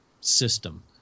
system